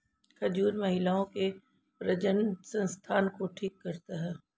खजूर महिलाओं के प्रजननसंस्थान को ठीक करता है